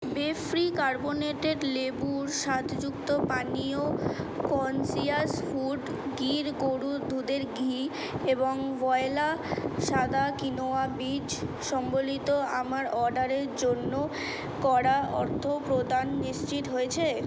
Befree carbonated লেবুর স্বাদযুক্ত পানীয় কন্সিয়াস ফুড গির গরুর দুধের ঘি এবং ভয়লা সাদা কিনোয়া বীজ সম্বলিত আমার অর্ডারের জন্য করা অর্থপ্রদান নিশ্চিত হয়েছে